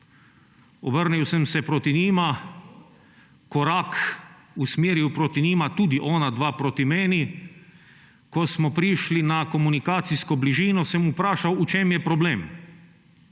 Obrnil sem se proti njima, korak usmeril proti njima, tudi onadva proti meni. Ko smo prišli na komunikacijsko bližino, sem vprašal, v čem je problem.